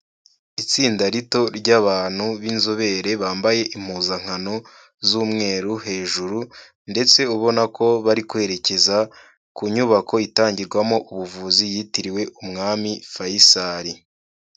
Itsinda rito ry'abantu b'inzobere bambaye impuzankano z'umweru hejuru ndetse ubona ko bari kwerekeza ku nyubako itangirwamo ubuvuzi yitiriwe umwami Faisal.